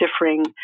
differing